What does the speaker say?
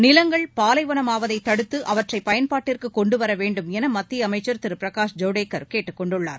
நிலங்கள் பாலைவனமாவதை தடுத்து அவற்றை பயன்பாட்டிற்குக் கொண்டு வர வேண்டும் என மத்திய அமைச்சர் திரு பிரகாஷ் ஜவ்டேகர் கேட்டுக் கொண்டுள்ளார்